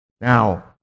Now